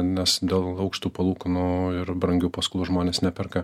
nes dėl aukštų palūkanų ir brangių paskolų žmonės neperka